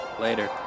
Later